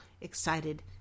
excited